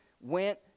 went